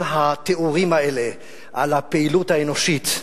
כל התיאורים האלה, על הפעילות האנושית,